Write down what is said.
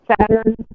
Saturn